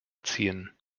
ziehen